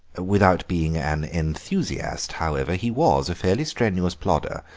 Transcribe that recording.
without being an enthusiast, however, he was a fairly strenuous plodder,